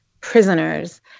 prisoners